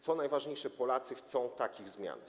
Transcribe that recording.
Co najważniejsze, Polacy chcą takich zmian.